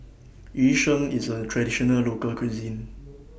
Yu Sheng IS A Traditional Local Cuisine